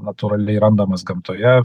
natūraliai randamas gamtoje